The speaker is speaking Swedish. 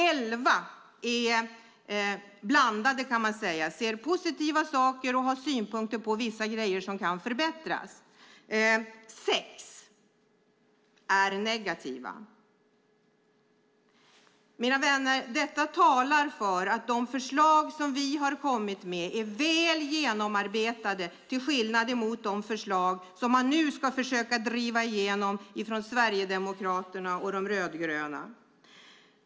11 av dem är blandade, kan man säga. De ser positiva saker och har synpunkter på vissa saker som kan förbättras. 6 av dem är negativa. Mina vänner! Detta talar för att de förslag som vi har kommit med är väl genomarbetade till skillnad från de förslag som man nu ska försöka driva igenom från Sverigedemokraterna och de rödgröna.